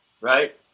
right